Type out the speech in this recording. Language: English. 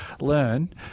learn